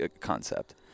concept